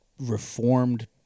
reformed